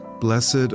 Blessed